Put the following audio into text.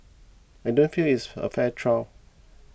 I don't feel it's a fair trial